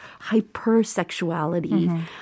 hypersexuality